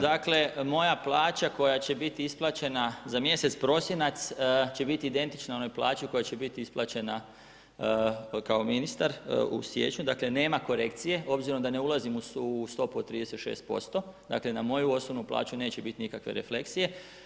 Dakle, moja plaća koja će biti isplaćena za mjesec prosinac će biti identična onoj plaći u kojoj će biti isplaćena kao ministar u siječnju, dakle, nema korekcije, obzirom da ne ulazim u stopu od 36%, dakle, na moju osobnu plaću neće biti nikakve refleksije.